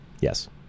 Yes